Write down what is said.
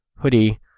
hoodie